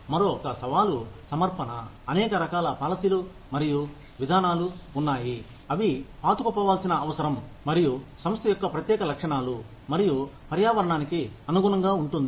మరొక సవాలు సమర్పణ అనేక రకాల పాలసీలు మరియు విధానాలు ఉన్నాయి అవిపాతుకుపోవాల్సిన అవసరం మరియు సంస్థ యొక్క ప్రత్యేక లక్షణాలు మరియు పర్యావరణానికి అనుగుణంగా ఉంటుంది